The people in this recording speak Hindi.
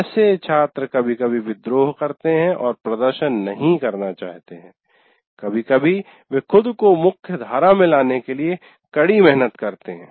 ऐसे छात्र कभी कभी विद्रोह करते हैं और प्रदर्शन नहीं करना चाहते हैं कभी कभी वे खुद को मुख्य धारा में लाने के लिए कड़ी मेहनत करते हैं